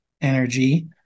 energy